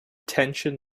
tension